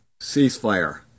ceasefire